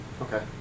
Okay